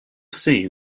scene